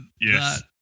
yes